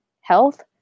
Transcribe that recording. health